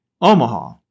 Omaha